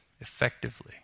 Effectively